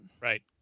Right